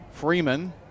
Freeman